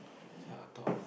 that's I thought